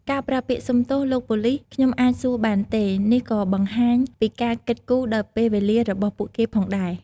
ការប្រើពាក្យ "សុំទោស លោកប៉ូលិស ខ្ញុំអាចសួរបានទេ?" នេះក៏បង្ហាញពីការគិតគូរដល់ពេលវេលារបស់ពួកគេផងដែរ។